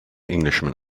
englishman